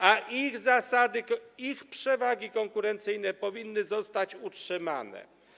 a ich zasady, ich przewagi konkurencyjne powinny zostać utrzymane.